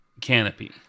canopy